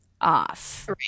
off